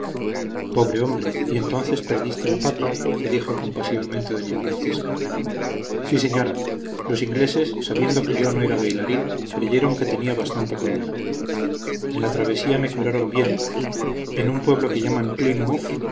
pobre hombre y entonces perdiste la pata le dijo compasivamente doña francisca sí señora los ingleses sabiendo que yo no era bailarín creyeron que tenía bastante con una en la travesía me curaron bien en un pueblo que llaman